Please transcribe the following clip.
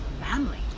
family